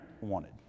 wanted